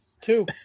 Two